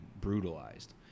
brutalized